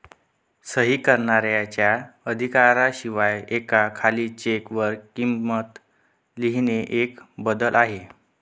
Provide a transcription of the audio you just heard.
सही करणाऱ्याच्या अधिकारा शिवाय एका खाली चेक वर किंमत लिहिणे एक बदल आहे